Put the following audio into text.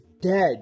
dead